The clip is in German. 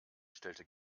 stellte